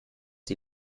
die